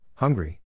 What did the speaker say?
Hungry